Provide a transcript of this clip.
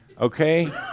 okay